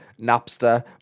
Napster